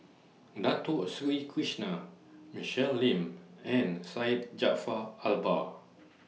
Dato Sri Krishna Michelle Lim and Syed Jaafar Albar